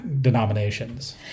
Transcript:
denominations